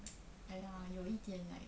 哎呀有一点 like